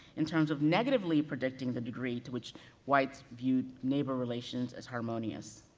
in terms of negatively predicting the degree to which whites viewed neighbor relations as harmonious.